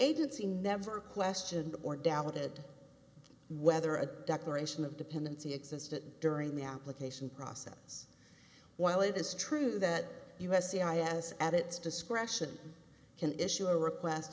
agency never questioned or doubted whether a declaration of dependency existed during the application process while it is true that you have c i s at its discretion can issue a request